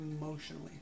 Emotionally